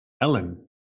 Ellen